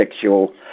sexual